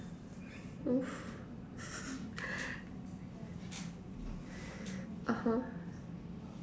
(uh huh)